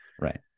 Right